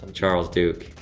and charles duke,